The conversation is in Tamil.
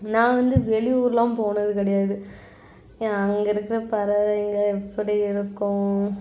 நான் வந்து வெளியூரெலாம் போனது கிடையாது அங்கே இருக்கிற பறவைங்கள் எப்படி இருக்கும்